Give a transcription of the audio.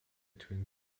twin